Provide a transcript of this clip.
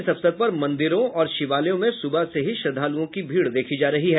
इस अवसर पर मंदिरों और शिवालयों में सुबह से ही श्रद्वालुओं की भीड़ देखी जा रही है